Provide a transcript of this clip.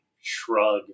shrug